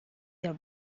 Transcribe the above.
your